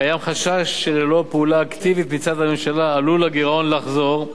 קיים חשש שללא פעולה אקטיבית מצד הממשלה עלול הגירעון לחזור,